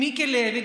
עם מיקי לוי,